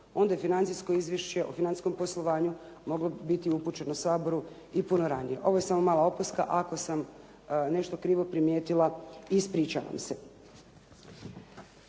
Onda je financijsko izvješće o financijskom poslovanju moglo biti upućeno Saboru i puno ranije. Ovo je samo mala opaska. Ako sam nešto krivo primijetila, ispričavam se.